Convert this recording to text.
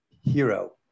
hero